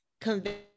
convey